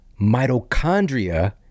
mitochondria